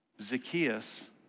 Zacchaeus